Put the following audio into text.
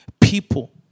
people